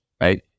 right